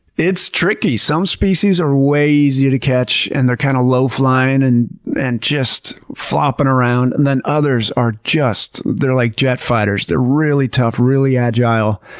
it's tricky. some species are way easier to catch, and they're kind of low flying and and just flopping around, and then others are just, they're like jet fighters. they're really tough, really agile,